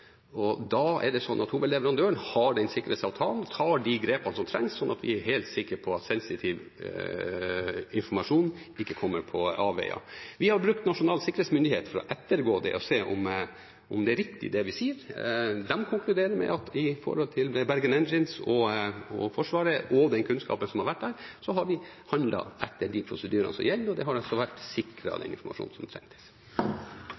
og da er det sånn at hovedleverandøren har den sikkerhetsavtalen, tar de grepene som trengs, sånn at vi er helt sikre på at sensitiv informasjon ikke kommer på avveier. Vi har brukt Nasjonal sikkerhetsmyndighet til å ettergå det og se om det er riktig, det vi sier. De konkluderer med at når det gjelder Bergen Engines og Forsvaret og den kunnskapen som har vært der, har vi handlet etter de prosedyrene som gjelder, og den har altså vært